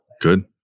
Good